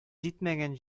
җитмәгән